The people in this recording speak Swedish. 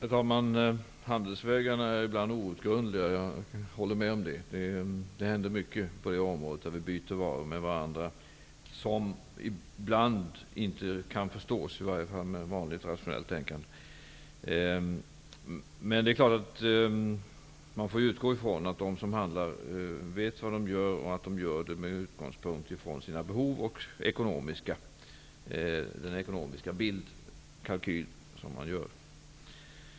Herr talman! Handelsvägarna är ibland outgrundliga -- jag håller med om det. Det händer mycket på det område där vi byter varor med varandra som ibland inte kan förstås -- i alla fall inte med vanligt rationellt tänkande. Man får utgå ifrån att de som handlar vet vad de gör och att de gör det med utgångspunkt från sina behov och från den ekonomiska kalkyl som görs.